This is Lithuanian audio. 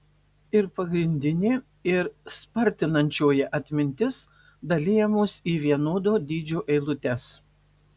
ir pagrindinė ir spartinančioji atmintis dalijamos į vienodo dydžio eilutes